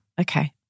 Okay